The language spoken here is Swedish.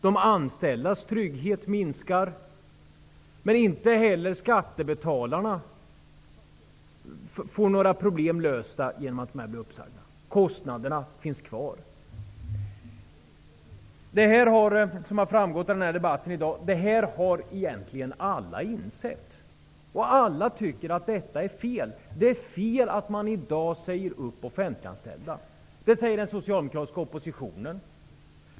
De anställdas trygghet minskar. Men inte heller skattebetalarna får några problem lösta genom att dessa personer blir uppsagda. Kostnaderna finns kvar. Som har framgått av dagens debatt har alla egentligen insett detta. Alla tycker att detta är fel. Det är fel att i dag säga upp offentligt anställda. Det säger den socialdemokratiska oppositionen.